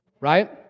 Right